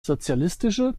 sozialistische